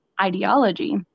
ideology